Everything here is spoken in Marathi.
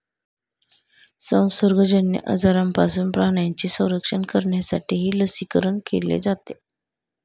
संसर्गजन्य आजारांपासून प्राण्यांचे संरक्षण करण्यासाठीही लसीकरण केले जाते